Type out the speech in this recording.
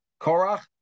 Korach